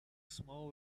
small